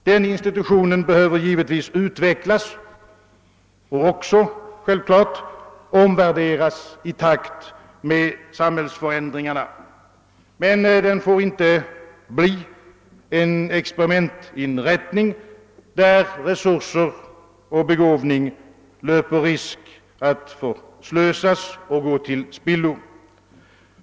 Den institutionen behöver givetvis utvecklas och också, självfallet, omvärderas i takt med samhällsförändringarna. Men den får inte bli en experimentinrättning där resurser och begåvning löper risk att förslösas och gå till spillo.